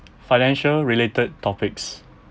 financial related topics